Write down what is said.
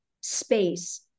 space